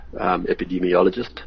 epidemiologist